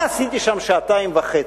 מה עשיתי שם שעתיים וחצי?